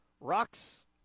Rocks